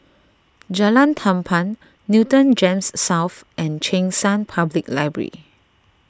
Jalan Tampang Newton Gems South and Cheng San Public Library